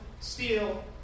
steal